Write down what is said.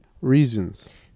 reasons